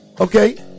Okay